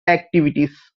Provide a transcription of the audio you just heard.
activities